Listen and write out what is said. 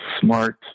smart